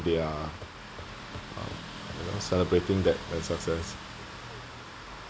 they are uh you know celebrating that when success